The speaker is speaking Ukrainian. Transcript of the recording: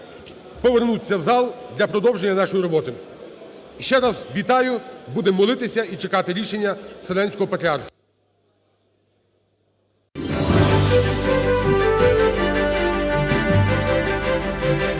повернутися в зал для продовження нашої роботи. Ще раз вітаю. Будемо молитися і чекати рішення Вселенського Патріарха.